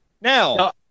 Now